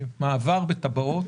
במעבר בטבעות.